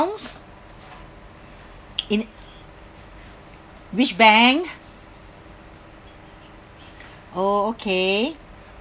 in which bank oh okay